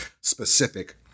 specific